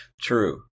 True